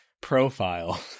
profile